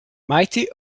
mighty